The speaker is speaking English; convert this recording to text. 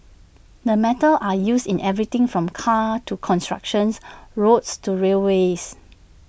the metals are used in everything from cars to constructions roads to railways